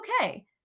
okay